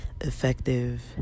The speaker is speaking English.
effective